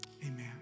amen